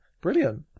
Brilliant